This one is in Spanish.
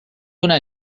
una